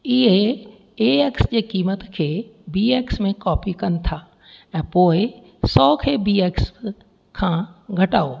इहे A X जे क़ीमत खे बी एक्स में कॉपी कनि था ऐं पोई सौ खे बी एक्स खां घटायो